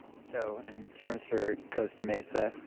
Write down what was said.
so in terms for costa mesa,